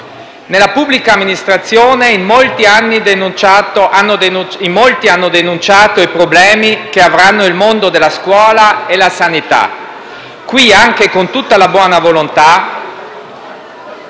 Nella pubblica amministrazione in molti hanno denunciato i problemi che avranno il mondo della scuola e la sanità. Qui, anche con tutta la buona volontà,